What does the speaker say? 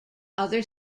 other